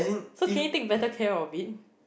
so can you take better care of it